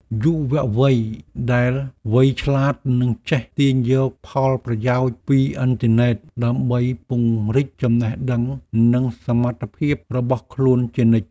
យុវវ័យដែលវៃឆ្លាតនឹងចេះទាញយកផលប្រយោជន៍ពីអ៊ីនធឺណិតដើម្បីពង្រីកចំណេះដឹងនិងសមត្ថភាពរបស់ខ្លួនជានិច្ច។